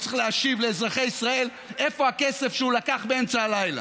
הוא צריך להשיב לאזרחי ישראל איפה הכסף שהוא לקח באמצע הלילה.